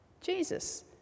Jesus